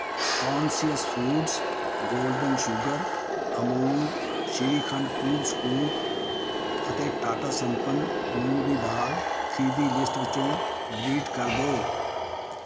conscious foods golden sugar Amul shrikhand cool scoop ਅਤੇ ਟਾਟਾ ਸੰਪੰਨ ਮੂੰਗ ਦੀ ਦਾਲ ਖਰੀਦੀ ਲਿਸਟ ਵਿੱਚੋਂ ਡਿਲੀਟ ਕਰ ਦਿਓ